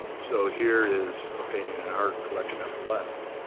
so here is a painting and in our collection on the left.